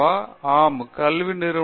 பேராசிரியர் பிரதாப் ஹரிதாஸ் கல்வி நிலைகள்